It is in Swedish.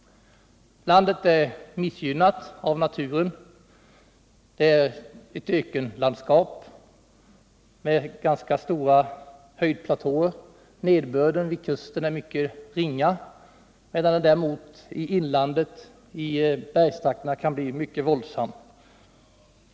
Landet är missgynnat av naturen. Det är ett ökenlandskap med ganska stora höjdplatåer. Nederbörden vid kusten är mycket ringa medan den däremot i inlandet, i bergstrakterna, kan bli våldsam.